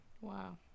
Wow